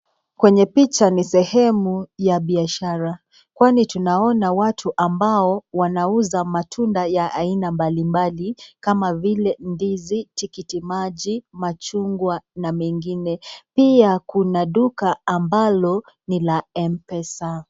Kwenye picha ni sehemu ya biashara, kwani tunaona watu ambao wanauza matunda ya aina mbalimbali kama vile ndizi, tikitimaji, machungwa na mengine pia kuna duka la empesa.